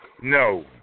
No